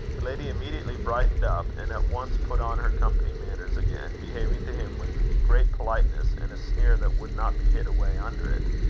the lady immediately brightened up, and at once put on her company-manners again, behaving to him with great politeness, and a sneer that would not be hid away under it.